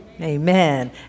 Amen